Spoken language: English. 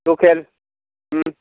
local